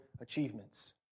achievements